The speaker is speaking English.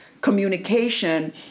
communication